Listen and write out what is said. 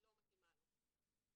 היא לא מתאימה לו.